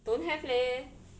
don't have leh